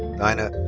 dinah